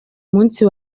munsi